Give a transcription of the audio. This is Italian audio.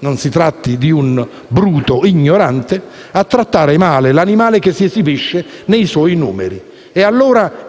non si tratti di un bruto ignorante - a trattar male l'animale che si esibisce nei suoi numeri. E allora